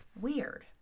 Weird